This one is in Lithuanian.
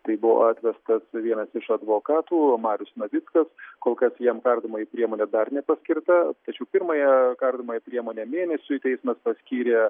tai buvo atvestas vienas iš advokatų marius navickas kol kas jam kardomoji priemonė dar nepaskirta tačiau pirmąją kardomąją priemonę mėnesiui teismas paskyrė